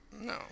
No